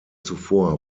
zuvor